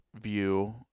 view